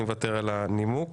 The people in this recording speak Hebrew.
אני מוותר על הנימוק.